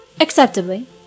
Acceptably